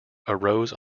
arose